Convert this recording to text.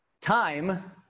time